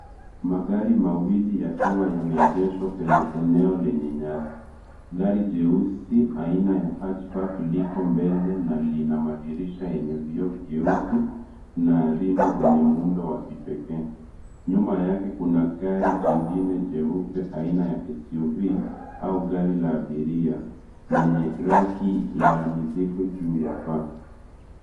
Magari mawili yakiwa yameegeshwa kwenye eneo lenye nyasi. Gari jeusi aina ya [ Hutch Bark] liko mbele na lina madirisha yenye vioo vyeusi na rimu zenye muundo wa kipekee. Nyuma yake kuna gari jingine jeupe aina ya [SUV] au gari la abiria lenye paki ya mizigo juu ya paa.